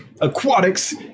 aquatics